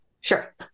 sure